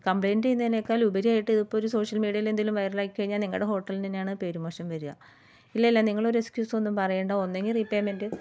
complaint ചെയ്യുന്നതിനേക്കാൾ ഉപരിയായിട്ട് social മീഡിയേലെന്തെങ്കിലും വയറലാക്കി കഴിഞ്ഞാൽ നിങ്ങളുടെ ഹോട്ടലിന് തന്നെയാണ് പേര് മോശം വരിക ഇല്ല ഇല്ല നിങ്ങളൊരു എക്സ്ക്യൂസ് ഒന്നും പറയണ്ട ഒന്നെങ്കിൽ റീപേയ്മെന്റ്